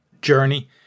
journey